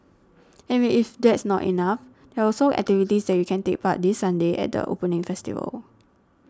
and if that's not enough there are also activities that you can take part this Sunday at their opening festival